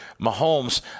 Mahomes